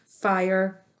Fire